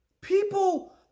People